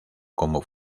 como